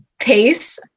pace